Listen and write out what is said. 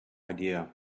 idea